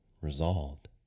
resolved